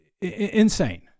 insane